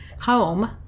home